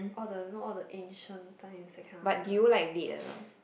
all the you know all the ancient times that kind of stuff